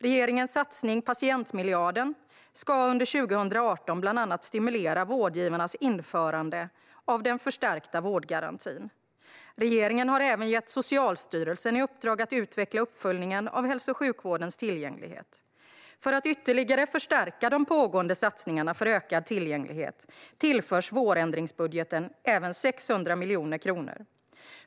Regeringens satsning patientmiljarden ska under 2018 bland annat att stimulera vårdgivarnas införande av den förstärkta vårdgarantin. Regeringen har även gett Socialstyrelsen i uppdrag att utveckla uppföljningen av hälso och sjukvårdens tillgänglighet. För att ytterligare förstärka de pågående satsningarna för ökad tillgänglighet tillförs i vårändringsbudgeten även 600 miljoner kronor.